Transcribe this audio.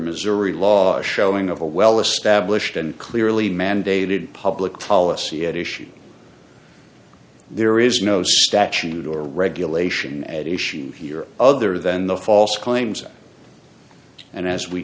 missouri law a showing of a well established and clearly mandated public policy at issue there is no statute or regulation at issue here other than the false claims and as we